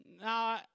Now